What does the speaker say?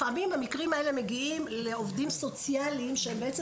לפעמים המקרים האלה מגיעים לעובדים סוציאליים שהם בעצם